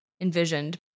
envisioned